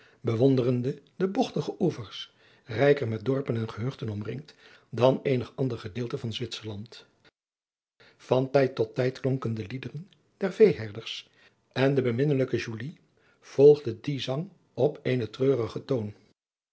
bewonderende de bogtige oevers rijker met dorpen en gehuchten omringd dan eenig ander gedeelte van zwitserland van tijd tot tijd klonken de liederen der veeherders en de beminnelijke julie volgde dien zang op eenen treurigen toon